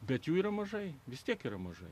bet jų yra mažai vis tiek yra mažai